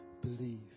believe